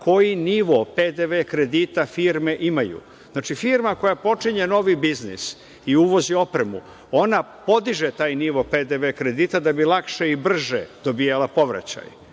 koji nivo PDV kredita firme imaju. Znači, firma koja počinje novi biznis i uvozi opremu, ona podiže taj nivo PDV kredita da bi lakše i brže dobijala povraćaj.